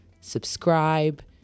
subscribe